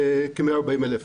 זה כ-140,000